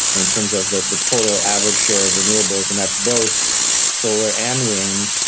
in terms of the the total average share of renewables, and that's both solar and wind.